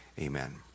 Amen